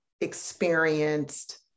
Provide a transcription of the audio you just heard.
experienced